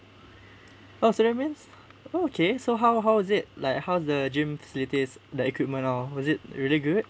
oh so that means oh okay so how how is it like how's the gym facilities the equipment all was it really good